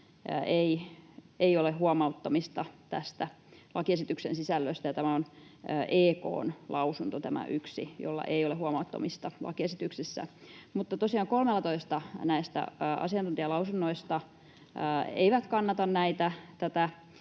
ei ole huomauttamista lakiesityksen sisällöstä. Tämä on EK:n lausunto tämä yksi, jolla ei ole huomauttamista lakiesityksestä. Mutta tosiaan 13 näistä asiantuntijalausunnoista ei kannata tätä